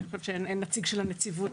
אני חושבת שאין נציג של הנציבות.